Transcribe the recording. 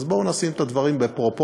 אז בואו נשים את הדברים בפרופורציות,